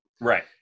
Right